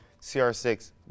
CR6